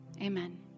Amen